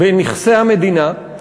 בנכסי המדינה,